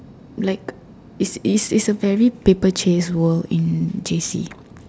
like it's it's it's a very paper chase world in J_C